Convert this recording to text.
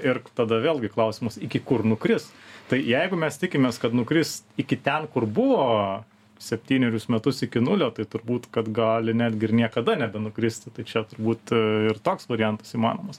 ir tada vėlgi klausimas iki kur nukris tai jeigu mes tikimės kad nukris iki ten kur buvo septynerius metus iki nulio tai turbūt kad gali netgi ir niekada nebenukristi tai čia turbūt ir toks variantas įmanomas